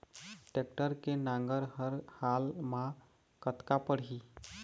Tractor के नांगर हर हाल मा कतका पड़िही?